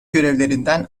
görevlerinden